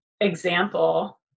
example